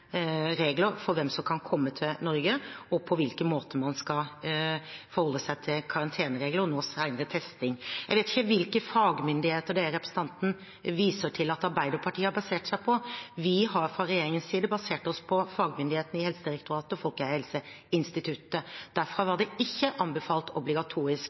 regler for hvem som kan komme til Norge, og på hvilken måte man skal forholde seg til karanteneregler og nå senere testing. Jeg vet ikke hvilke fagmyndigheter representanten viser til at Arbeiderpartiet har basert seg på. Vi har fra regjeringens side basert oss på fagmyndighetene i Helsedirektoratet og Folkehelseinstituttet, og derfra var det ikke anbefalt obligatorisk